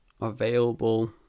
available